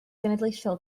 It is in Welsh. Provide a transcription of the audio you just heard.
genedlaethol